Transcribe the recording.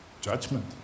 judgment